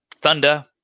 thunder